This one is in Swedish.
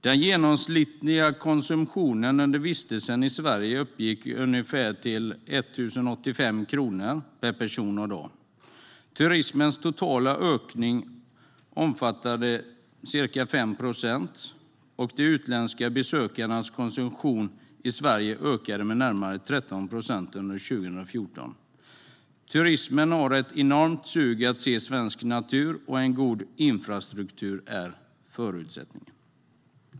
Den genomsnittliga konsumtionen under vistelsen i Sverige uppgick till 1 085 kronor per person och dag. Turismens totala omsättning ökade med ca 5 procent, och de utländska besökarnas konsumtion i Sverige ökade med närmare 13 procent under 2014. Turismen har ett enormt sug att se svensk natur, och en god infrastruktur är en förutsättning.